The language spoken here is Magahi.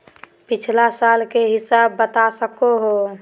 पिछला साल के हिसाब बता सको हो?